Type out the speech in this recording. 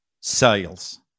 sales